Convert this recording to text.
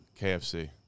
KFC